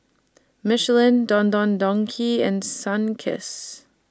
Michelin Don Don Donki and Sunkist